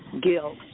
guilt